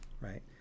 right